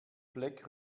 fleck